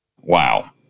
Wow